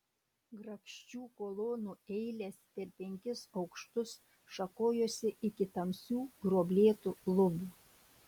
grakščių kolonų eilės per penkis aukštus šakojosi iki tamsių gruoblėtų lubų